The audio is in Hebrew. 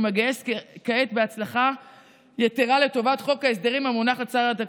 הוא מגייס כעת בהצלחה יתרה לטובת חוק ההסדרים המונח לצד חוק התקציב,